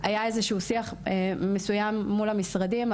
היה שיח מסוים מול המשרדים,